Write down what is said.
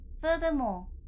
Furthermore